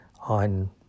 on